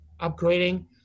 upgrading